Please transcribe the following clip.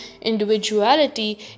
individuality